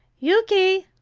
yuki,